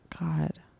god